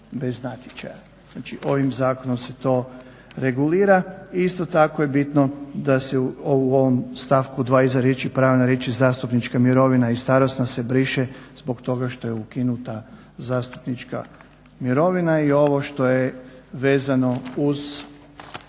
bez natječaja. Znači, ovim zakonom se to regulira. Isto tako je bitno da se u ovom stavku 2. iza riječi zastupnička mirovina i starosna se briše zbog toga što je ukinuta zastupnička mirovina. I ovo što je vezano uz